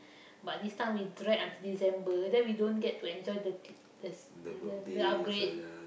but this time we drag until December then we don't get to enjoy the the the the upgrade